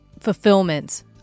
fulfillment